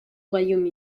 royaume